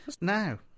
Now